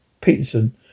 Peterson